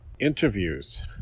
interviews